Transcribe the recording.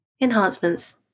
enhancements